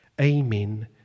Amen